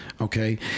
Okay